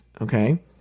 Okay